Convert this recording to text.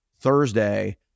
Thursday